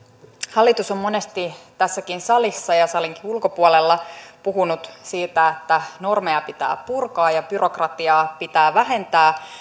hallitus on monesti tässäkin salissa ja salinkin ulkopuolella puhunut siitä että normeja pitää purkaa ja byrokratiaa pitää vähentää